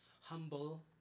humble